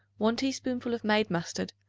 one teaspoonful of made mustard,